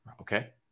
Okay